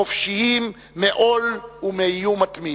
חופשיים מעול ומאיום מתמיד.